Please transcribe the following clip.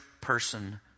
person